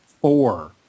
four